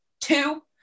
Two